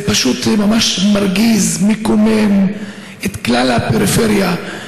זה פשוט ממש מרגיז, ומקומם את כלל הפריפריה.